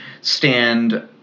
stand